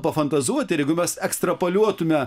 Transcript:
pafantazuoti ir jeigu mes ekstrapoliuotume